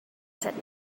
said